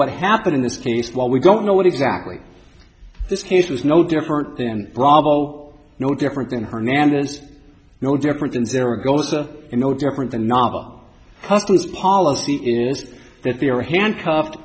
what happened in this case while we don't know what exactly this case was no different than bravo no different than hernandez no different than there are ghosts of you know different the novel customs policy is that they are handcuffed